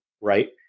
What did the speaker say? right